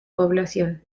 población